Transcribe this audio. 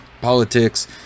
politics